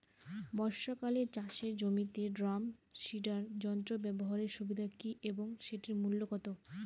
বর্ষাকালে চাষের জমিতে ড্রাম সিডার যন্ত্র ব্যবহারের সুবিধা কী এবং সেটির মূল্য কত?